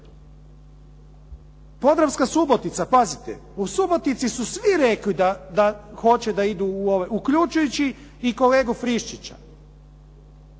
Podravska Subotica, pazite, u Subotici su svi rekli da hoće da idu, uključujući i kolegu Friščića